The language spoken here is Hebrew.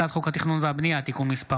הצעת חוק התכנון והבנייה (תיקון מס'